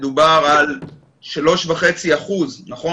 מדובר על 3.5%, נכון?